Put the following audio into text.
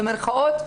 במרכאות,